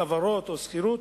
חברות או שכירות,